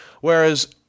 whereas